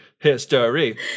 History